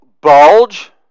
Bulge